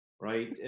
right